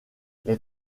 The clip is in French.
les